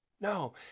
No